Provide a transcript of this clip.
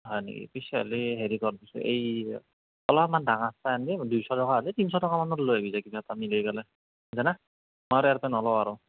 হয় নেকি পিছে হ'লে হেৰি কৰ পিছে এই কি অলপমান ডাঙৰ চাই এই দুইশ টকাত নহ'লে তিনিশ টকাত লৈ আহিবি কিবা এটা মিলাইই পেলাই বুইছানা মই আৰু ইয়াৰ পৰা নলওঁ আৰু